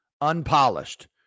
unpolished